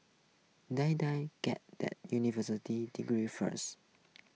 Die Die get that university degree first